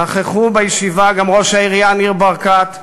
נכחו בישיבה גם ראש העירייה ניר ברקת,